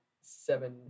Seven